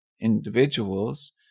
individuals